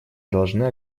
должны